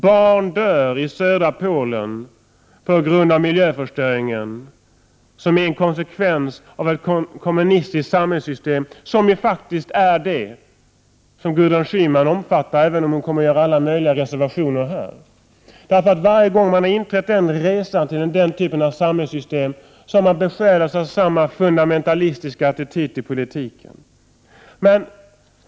Barn dör i södra Polen på grund av miljöförstöringen, som är en konsekvens av ett kommunistiskt samhällssystem, vilket Gudrun Schyman faktiskt omfattar, även om hon kommer att göra alla möjliga reservationer här. Varje gång som man har anträtt resan till den typen av samhällssystem har man besjälats av samma fundamentalistiska attityd i politiken.